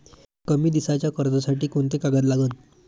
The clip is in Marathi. कमी दिसाच्या कर्जासाठी कोंते कागद लागन?